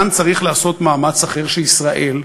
כאן צריך לעשות מאמץ אחר, שישראל,